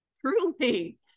truly